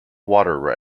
water